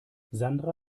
sandra